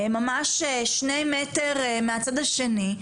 ממש שני מטר מהצד השני,